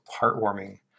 heartwarming